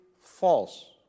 false